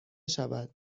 شود